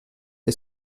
est